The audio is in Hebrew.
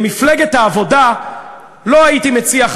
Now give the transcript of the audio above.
למפלגת העבודה לא הייתי מציע,